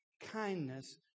kindness